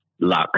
luck